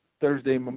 Thursday